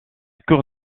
cour